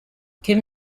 kim